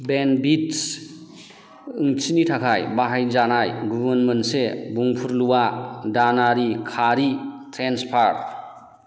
बेनभिट ओंथिनि थाखाय बाहायजानाय गुबुन मोनसे बुंफुरलुवा दानारि खारि ट्रेन्सफार